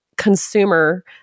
consumer